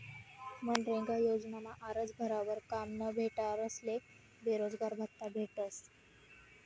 मनरेगा योजनामा आरजं भरावर काम न भेटनारस्ले बेरोजगारभत्त्ता भेटस